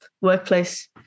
workplace